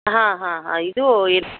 ಹಾಂ ಹಾಂ ಹಾಂ ಇದು ಇದು